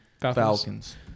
Falcons